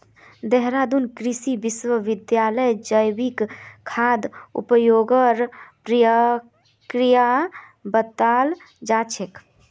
देहरादून कृषि विश्वविद्यालयत जैविक खाद उपयोगेर प्रक्रिया बताल जा छेक